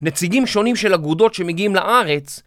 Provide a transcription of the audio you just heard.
נציגים שונים של אגודות שמגיעים לארץ